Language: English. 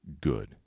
good